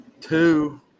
Two